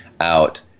out